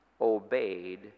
obeyed